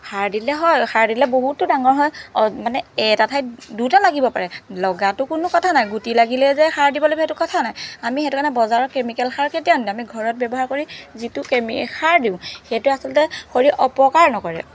সাৰ দিলে হয় সাৰ দিলে বহুতো ডাঙৰ হয় মানে এটাৰ ঠাইত দুটা লাগিব পাৰে লগাটো কোনো কথা নাই গুটি লাগিলে যে সাৰ দিব লাগিব সেইটো কথা নাই আমি সেইটো কাৰণে বজাৰত কেমিকেল সাৰ কেতিয়াও নিদিওঁ আমি ঘৰত ব্যৱহাৰ কৰি যিটো কেমি সাৰ দিওঁ সেইটোৱে আচলতে শৰীৰ অপকাৰ নকৰে